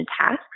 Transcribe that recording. tasks